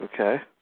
Okay